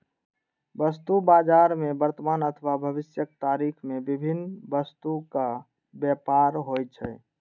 वस्तु बाजार मे वर्तमान अथवा भविष्यक तारीख मे विभिन्न वस्तुक व्यापार होइ छै